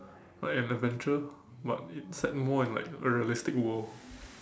like an adventure but it's set more in like a realistic world